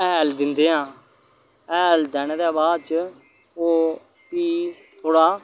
हैल दिंदे आं हैल देने दे बाच ओह् भी थोह्ड़ा